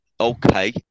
Okay